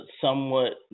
somewhat